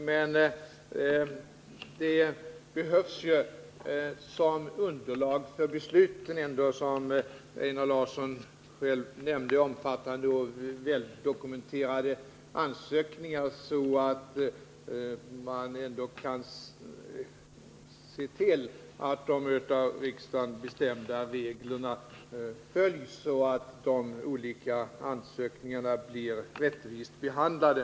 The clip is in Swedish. Men som underlag för besluten behövs ju ändå, som Einar Larsson själv sade, omfattande och väl dokumenterade ansökningar, så att man kan se till att de av riksdagen bestämda reglerna följs och att de olika ansökningarna blir rättvist behandlade.